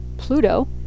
Pluto